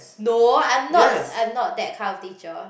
no I am not I am not that kind of teacher